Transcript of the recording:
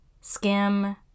skim